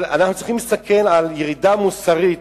אבל אנחנו צריכים להסתכל על ירידה מוסרית,